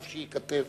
טוב שייכתב.